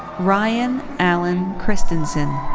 ryan allen kristensen.